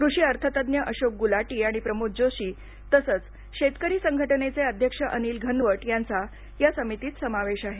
कृषी अर्थतज्ञ अशोक गुलाटी आणि प्रमोद जोशी तसंच शेतकरी संघटनेचे अध्यक्ष अनिल घनवट यांचा या समितीत संवेश आहे